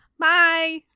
Bye